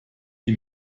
die